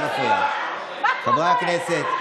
חברי הכנסת.